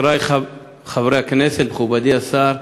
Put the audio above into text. חברי חברי הכנסת, מכובדי השר,